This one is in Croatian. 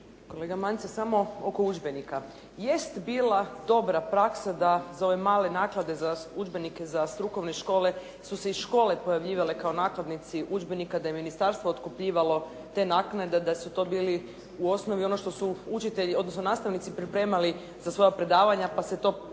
Kolega Mance, samo oko udžbenika. Jest bila dobra praksa da za ove male naklade za udžbenike za strukovne škole su se iz škole pojavljivali kao nakladnici udžbenika da je ministarstvo otkupljivalo te naknade, da su to bili u osnovi ono što su učitelji odnosno nastavnici pripremali za svoja predavanja pa se to preradilo